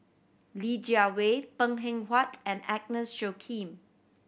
Li Jiawei Png Eng Huat and Agnes Joaquim